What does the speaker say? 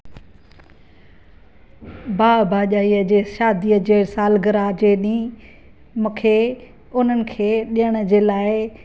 भाउ भाॼाईअ जे शादीअ जे सालगिरा जे ॾींहुं मूंखे उन्हनि खे ॾियण जे लाइ